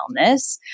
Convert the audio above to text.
wellness